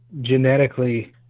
genetically